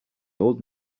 old